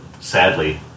Sadly